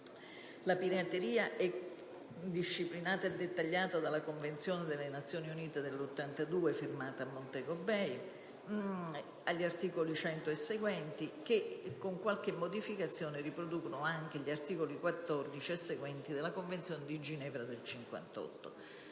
La pirateria è disciplinata e dettagliata dalla Convenzione delle Nazioni Unite del 1982, firmata a Montego Bay, agli articoli 100 e seguenti, che, con qualche modificazione, riproducono gli articoli 14 e seguenti della Convenzione di Ginevra del 1958.